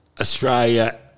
Australia